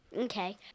Okay